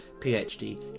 PhD